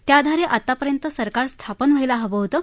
त्याआधारे आतापर्यंत सरकार स्थापन व्हायला हवं होतं